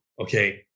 Okay